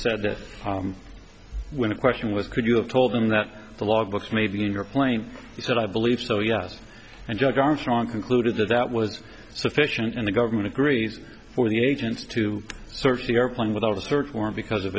said that when a question was could you have told him that the log books may be in your plane he said i believe so yes and judge armstrong concluded that that was sufficient in the government agrees for the agents to search the airplane without a search warrant because of